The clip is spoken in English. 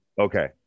Okay